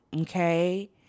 Okay